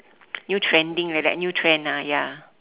new trending like that new trend ah ya